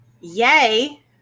yay